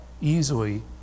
easily